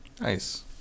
Nice